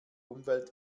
umwelt